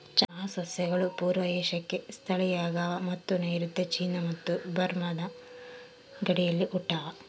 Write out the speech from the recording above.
ಚಹಾ ಸಸ್ಯಗಳು ಪೂರ್ವ ಏಷ್ಯಾಕ್ಕೆ ಸ್ಥಳೀಯವಾಗವ ಮತ್ತು ನೈಋತ್ಯ ಚೀನಾ ಮತ್ತು ಬರ್ಮಾದ ಗಡಿಯಲ್ಲಿ ಹುಟ್ಟ್ಯಾವ